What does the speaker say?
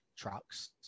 trucks